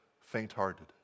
faint-hearted